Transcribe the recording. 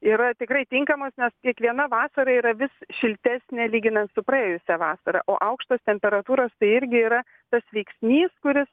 yra tikrai tinkamos nes kiekviena vasara yra vis šiltesnė lyginant su praėjusia vasara o aukštos temperatūros tai irgi yra tas veiksnys kuris